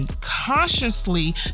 consciously